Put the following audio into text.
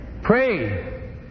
pray